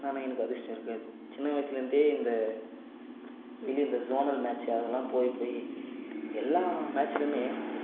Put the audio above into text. ஆனால் என்ன எனக்கு அதிர்ஷ்டம் இருக்காது சின்ன வயதிலேருந்தே இந்த இது இந்த ஜோனல் மேட்ச்சி அதெல்லாம் போய் போய் எல்லா மேட்ச்லேயுமே